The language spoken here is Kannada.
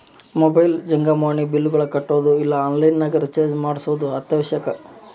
ಮೊಬೈಲ್ ಜಂಗಮವಾಣಿ ಬಿಲ್ಲ್ಗಳನ್ನ ಕಟ್ಟೊದು ಇಲ್ಲ ಆನ್ಲೈನ್ ನಗ ರಿಚಾರ್ಜ್ ಮಾಡ್ಸೊದು ಅತ್ಯವಶ್ಯಕ